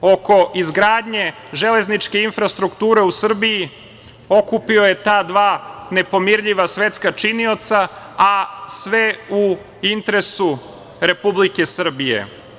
Oko izgradnje železničke infrastrukture u Srbiji, okupio je ta dva nepomirljiva svetska činioca, a sve u interesu Republike Srbije.